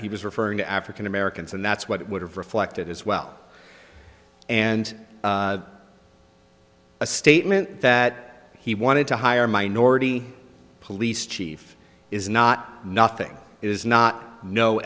he was referring to african americans and that's what it would have reflected as well and a statement that he wanted to hire minority police chief is not nothing is not no